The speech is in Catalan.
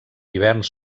hiverns